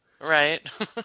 Right